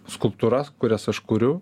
skulptūras kurias aš kuriu